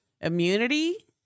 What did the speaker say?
immunity